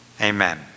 Amen